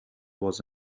was